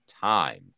time